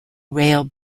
rail